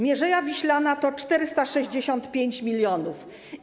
Mierzeja Wiślana to 465 mln.